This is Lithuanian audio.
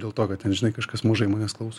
dėl to kad ten žinai kažkas mažai manęs klauso